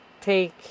take